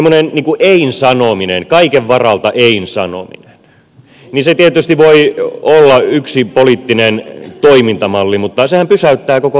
semmoinen ein sanominen kaiken varalta ein sanominen tietysti voi olla yksi poliittinen toimintamalli mutta sehän pysäyttää koko maailman